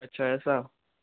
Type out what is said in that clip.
अच्छा ऐसा